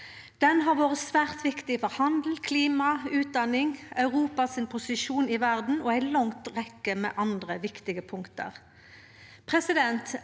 Han har vore svært viktig for handel, klima, utdanning, Europas posisjon i verda og ei lang rekkje med andre viktige punkt.